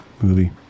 movie